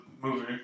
movie